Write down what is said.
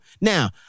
Now